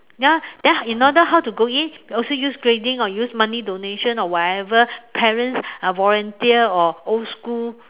ya then in order how to go in also use grading or use money donation or whatever parents uh volunteer or old school